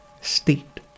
state